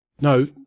No